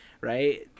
right